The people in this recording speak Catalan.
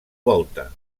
volta